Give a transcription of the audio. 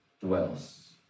dwells